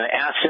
asset